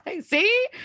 see